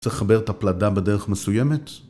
‫צריך לחבר את הפלדה בדרך מסוימת.